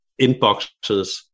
inboxes